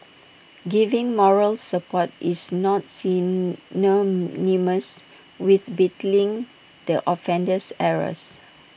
giving moral support is not synonymous with belittling the offender's errors